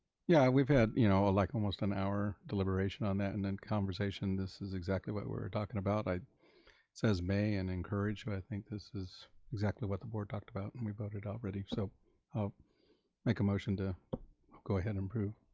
yeah we've had, you know, ah like almost an hour deliberation on that and then conversation. this is exactly what we were talking about. it says may and encourage, but i think this is exactly what the board talked about and we voted already, so i'll um make a motion to go ahead and prove.